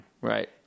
right